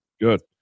Good